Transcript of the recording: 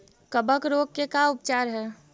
कबक रोग के का उपचार है?